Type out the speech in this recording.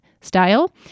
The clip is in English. style